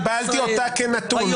קיבלתי אותה כנתון.